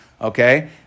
Okay